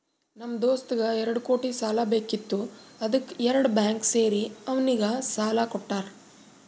ನಮ್ ದೋಸ್ತಗ್ ಎರಡು ಕೋಟಿ ಸಾಲಾ ಬೇಕಿತ್ತು ಅದ್ದುಕ್ ಎರಡು ಬ್ಯಾಂಕ್ ಸೇರಿ ಅವ್ನಿಗ ಸಾಲಾ ಕೊಟ್ಟಾರ್